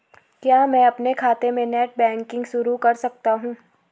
क्या मैं अपने खाते में नेट बैंकिंग शुरू कर सकता हूँ?